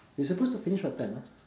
we supposed to finish what time ah